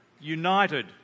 United